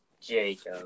Jacob